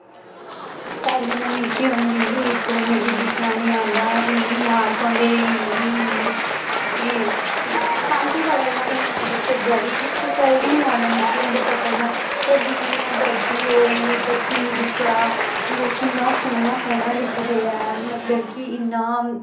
पैह्लें में निक्की होंदी ही ते मिगी लिखना निं औंदा हा इन्नी मार पौंदी रेही इन्नी इन्नी कि पैंसल पकड़ना बी निं औंदा चज्जा दी कुसै गी बी निं औंदा निक्के होंदे पकड़ना पर जि'यां जि'यां बड्डी होई बच्चें गी दिक्खेआ कि ओह् किन्ना सोह्ना सोह्ना लिखदे ऐ मतलब की इन्ना